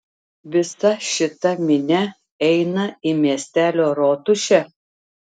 visa šita minia eina į miestelio rotušę